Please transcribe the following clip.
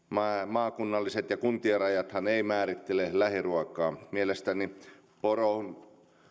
maakunnalliset rajat ja kuntien rajathan eivät määrittele lähiruokaa mielestäni poronlihakin